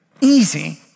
easy